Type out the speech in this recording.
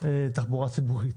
תחבורה ציבורית.